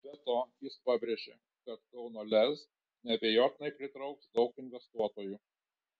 be to jis pabrėžė kad kauno lez neabejotinai pritrauks daug investuotojų